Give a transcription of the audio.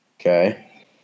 Okay